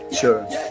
Sure